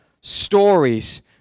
stories